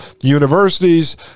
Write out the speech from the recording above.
universities